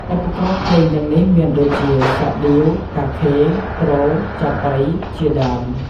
ឧបករណ៍ភ្លេងទាំងនេះមានដូចជា សាដៀវ តាខេ ទ្រ ចាប៉ី ជាដើម។